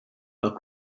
but